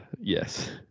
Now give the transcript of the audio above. Yes